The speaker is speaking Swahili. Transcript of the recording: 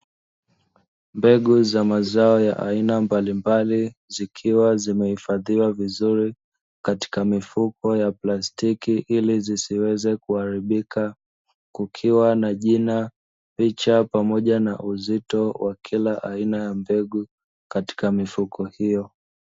Mbegu za mazao ya aina mbalimbali, zikiwa zimehifadhiwa vizuri katika mifuko ya plastiki ili zisiweze kuharibika kukiwa na jina pichaa pamoja na uzito wa kila aina ya mbegu katika mifuko hiyo.